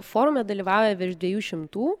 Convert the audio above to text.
forume dalyvauja virš dviejų šimtų